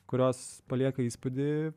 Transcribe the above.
kurios palieka įspūdį